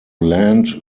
land